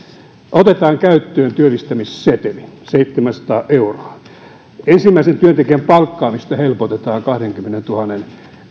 otetaan käyttöön työllistämisseteli seitsemänsataa euroa ensimmäisen työntekijän palkkaamista helpotetaan kahdenkymmenentuhannen